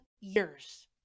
years